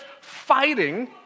fighting